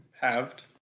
Halved